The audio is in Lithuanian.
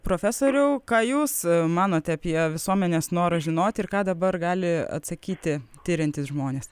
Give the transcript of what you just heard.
profesoriau ką jūs manote apie visuomenės norą žinoti ir ką dabar gali atsakyti tiriantys žmonės